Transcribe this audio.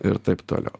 ir taip toliau